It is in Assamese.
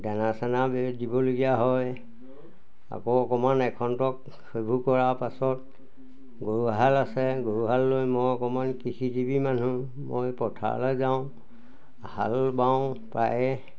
দানা চানাও কিবাকিবি দিবলগীয়া হয় আকৌ অকণমান এখন্তেক সেইবোৰ কৰা পাছত গৰুহাল আছে গৰুহাল লৈ মই অকণমান কৃষিজীৱী মানুহ মই পথাৰলৈ যাওঁ হাল বাওঁ প্ৰায়ে